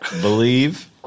believe